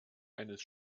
eines